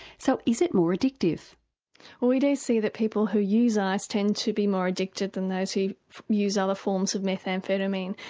so, is it more addictive? well we do see that people who use ice tend to be more addicted than those who use other forms of methamphetamine.